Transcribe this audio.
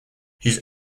his